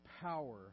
power